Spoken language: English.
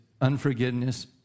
unforgiveness